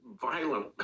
violent